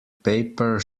paper